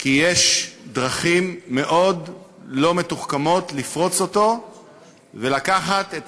כי יש דרכים מאוד לא מתוחכמות לפרוץ אותו ולקחת את